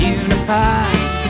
unified